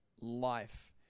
life